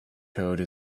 code